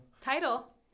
title